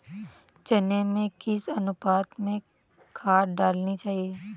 चने में किस अनुपात में खाद डालनी चाहिए?